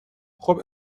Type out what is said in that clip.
خوب